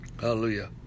Hallelujah